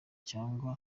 cyangwa